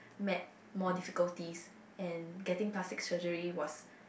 made more difficulties and getting plastic surgery was